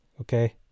Okay